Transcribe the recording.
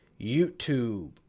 YouTube